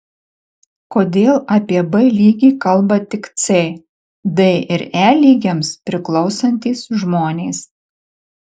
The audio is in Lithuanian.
kodėl apie b lygį kalba tik c d ir e lygiams priklausantys žmonės